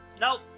Nope